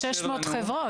זה 600 חברות.